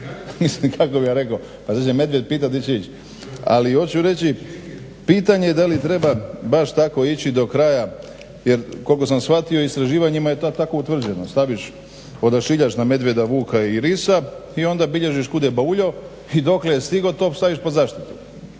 hoće. Kako bi vam rekao, pa neće medvjed pitat gdje će ići. Ali hoću reći pitanje je da li treba baš tako ići do kraja jer koliko sam shvatio u istraživanjima je to tako utvrđeno, staviš odašiljač na medvjeda, vuka i risa i onda bilježiš kud je bauljao i dokle je stigao to staviš pod zaštitu.